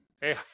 hey